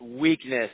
weakness